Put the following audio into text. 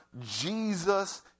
Jesus